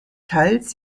teils